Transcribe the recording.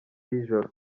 y’ijoro